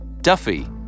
Duffy